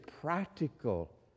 practical